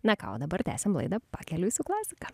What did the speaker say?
na ką o dabar tęsiam laidą pakeliui su klasika